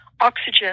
Oxygen